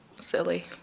silly